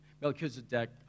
Melchizedek